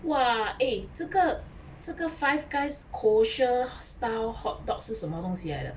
!wah! eh 这个这个 Five Guys kosher style hot dogs 是什么东西来的